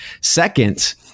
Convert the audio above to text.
second